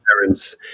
parents